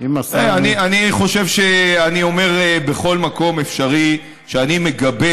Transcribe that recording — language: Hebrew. אני חושב שאני אומר בכל מקום אפשרי שאני מגבה